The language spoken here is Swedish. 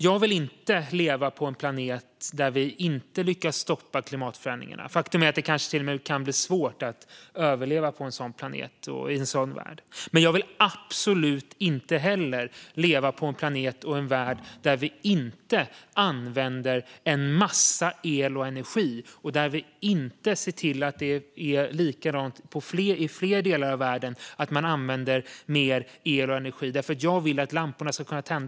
Jag vill inte leva på en planet där vi inte lyckas stoppa klimatförändringarna. Faktum är att det kanske till och med kan bli svårt att överleva på en sådan planet och i en sådan värld. Men jag vill absolut inte heller leva på en planet och i en värld där vi inte använder en massa el och energi och där vi inte ser till att det är likadant i fler delar av världen. Jag vill att lamporna ska kunna tändas.